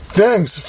thanks